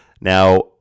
Now